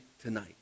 tonight